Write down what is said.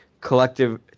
collective